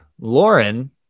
lauren